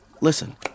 Listen